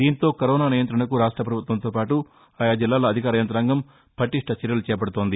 దీంతో కరోనా నియంత్రణకు రాష్ట్ర ప్రభుత్వంతో పాటు ఆయా జిల్లాల అధికార యంత్రాంగం పటిష్ణ చర్యలు చేపట్టాయి